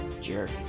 Jerk